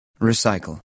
Recycle